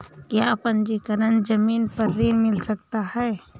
क्या पंजीकरण ज़मीन पर ऋण मिल सकता है?